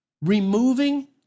removing